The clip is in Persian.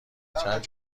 چند